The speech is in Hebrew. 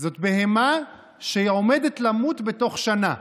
זאת בהמה שהיא עומדת למות בתוך שנה.